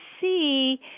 see